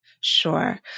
Sure